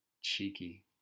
cheeky